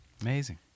Amazing